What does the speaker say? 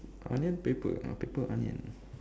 onion paper or paper onion